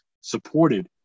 supported